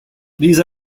these